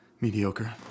mediocre